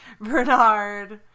Bernard